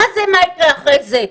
מה זה מה יקרה אחרי זה?